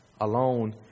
alone